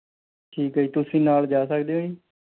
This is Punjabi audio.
ਠੀਕ ਹੈ ਜੀ ਤੁਸੀਂ ਨਾਲ਼ ਜਾ ਸਕਦੇ ਹੋ ਜੀ